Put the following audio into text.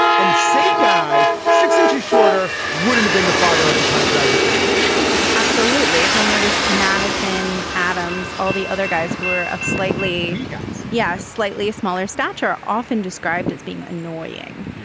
and same guy, six inches shorter, wouldn't have been the father of the country. i get the impression absolutely. if you'll notice madison, adams, all the other guys who were slightly you guys. yes, slightly. a smaller stature, often described as being annoying.